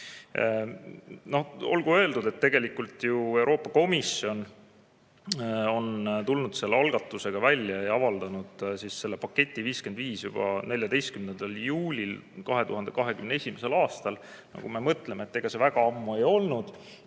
Olgu öeldud, et tegelikult ju Euroopa Komisjon on tulnud selle algatusega välja ja avaldanud selle pakett 55 juba 14. juulil 2021. aastal. Kui me mõtleme, siis ega see väga ammu olnudki.